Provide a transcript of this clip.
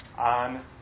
on